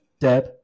Deb